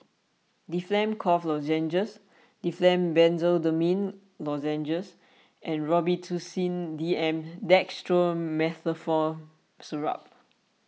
Difflam Cough Lozenges Difflam Benzydamine Lozenges and Robitussin D M Dextromethorphan Syrup